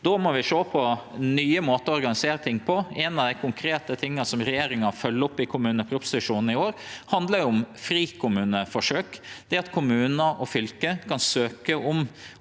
Då må vi sjå på nye måtar å organisere ting på. Ein av dei konkrete tinga som regjeringa følgjer opp i kommuneproposisjonen i år, handlar om frikommuneforsøk, det at kommunar og fylke kan søke om